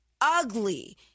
ugly